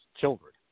children